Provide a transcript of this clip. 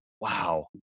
Wow